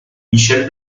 michel